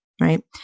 Right